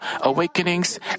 awakenings